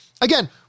again